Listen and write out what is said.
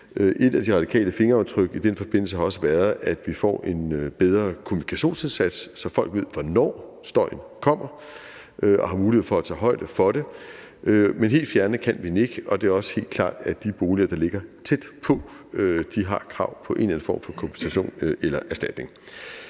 Et af de radikale fingeraftryk i den forbindelse har også været, at vi får en bedre kommunikationsindsats, så folk ved, hvornår støjen kommer, og de har mulighed for at tage højde for det, men helt fjerne den kan man ikke, og det er også helt klart, at de boliger, der ligger tæt på, har et krav på en eller anden form for kompensation eller erstatning.